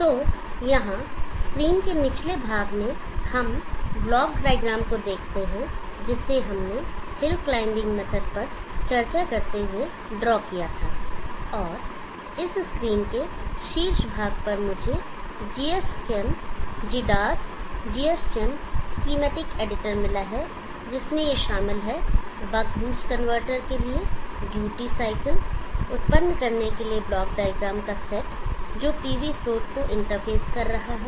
तो यहाँ स्क्रीन के निचले भाग में हम ब्लॉक डायग्राम को देखते हैं जिसे हमने हिल क्लाइंबिंग मेथड पर चर्चा करते हुए ड्रा किया था और इस स्क्रीन के शीर्ष भाग पर मुझे gschem GEDAS gschem schematic editor मिला है जिसमें ये शामिल हैं बक बूस्ट कनवर्टर के लिए ड्यूटी साइकिल उत्पन्न करने के लिए ब्लॉक डायग्राम का सेट जो पीवी स्रोत को इंटरफेस कर रहा है